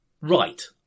Right